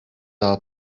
daha